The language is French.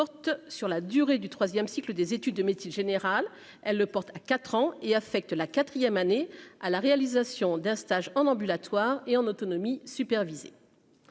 sur la durée du 3ème cycle des études de médecine générale, elle le porte à 4 ans et affecte la quatrième année à la réalisation d'un stage en ambulatoire et en autonomie superviser